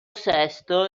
sesto